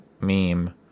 meme